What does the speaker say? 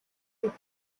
took